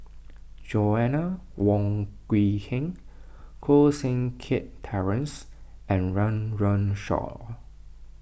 Joanna Wong Quee Heng Koh Seng Kiat Terence and Run Run Shaw